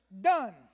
done